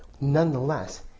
Nonetheless